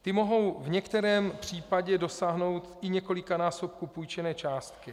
Ty mohou v některém případě dosáhnout i několikanásobku půjčené částky.